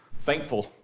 thankful